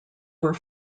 were